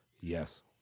Yes